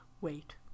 wait